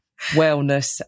wellness